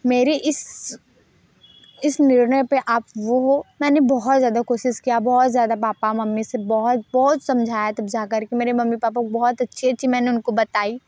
मेरे इस इस निर्णय पर आप वो मैंने बहुत ज़्यादा कोशिश किया बहुत ज़्यादा पापा मम्मी से बहुत बहुत समझाया तब जा कर के मेरे मम्मी पापा को बहुत अच्छी अच्छी मैंने उनको बताई